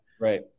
Right